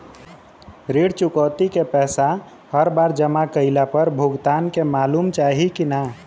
ऋण चुकौती के पैसा हर बार जमा कईला पर भुगतान के मालूम चाही की ना?